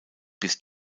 bis